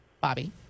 Bobby